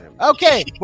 Okay